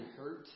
hurt